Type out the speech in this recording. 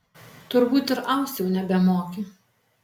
turbūt ir aust jau nebemoki